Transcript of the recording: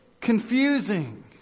confusing